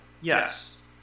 Yes